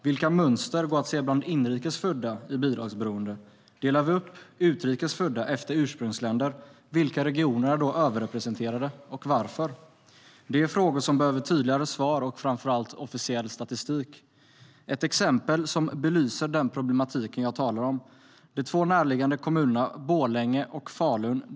Vilka mönster går att se bland inrikesfödda i bidragsberoende? Om vi delar upp utrikesfödda efter ursprungsländer, vilka regioner är då överrepresenterade och varför? Det är frågor som behöver tydligare svar och framför allt officiell statistik. Ett exempel som belyser den problematik jag talar om är de två närliggande kommunerna Borlänge och Falun.